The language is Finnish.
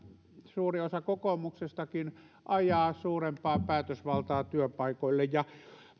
suuri osa kokoomuksestakin ajamme suurempaa päätösvaltaa työpaikoille